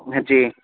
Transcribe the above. جی